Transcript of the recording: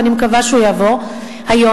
ואני מקווה שהוא יעבור היום,